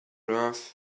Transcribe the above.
earth